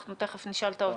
תיכף אנחנו נשאל את האוצר.